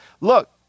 look